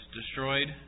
destroyed